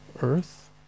Earth